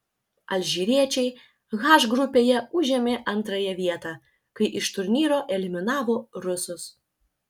alžyriečiai h grupėje užėmė antrąją vietą kai iš turnyro eliminavo rusus